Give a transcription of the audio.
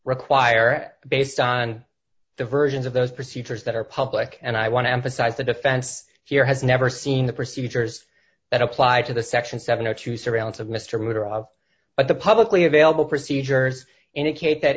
require and based on the versions of those procedures that are public and i want to emphasize the defense here has never seen the procedures that applied to the section seven hundred and two surveillance of mr matter of but the publicly available procedures indicate that